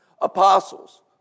apostles